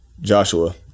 Joshua